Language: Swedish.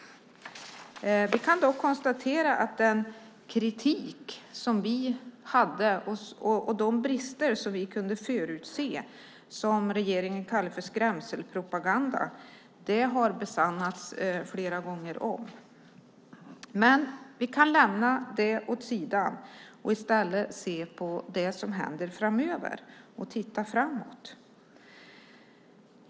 Vi kan dock konstatera att den kritik som vi hade och de brister som vi kunde förutse - som regeringen kallade för skrämselpropaganda - har besannats flera gånger om. Men vi kan lämna det åt sidan och i stället se på det som händer framöver. Låt oss titta framåt!